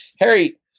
Harry